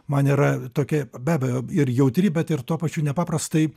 man yra tokia be abejo ir jautri bet ir tuo pačiu nepaprastai